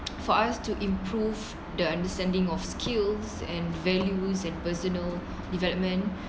for us to improve the understanding of skills and values and personal development